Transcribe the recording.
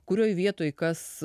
kurioj vietoj kas